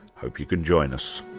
hope you can join us